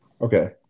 Okay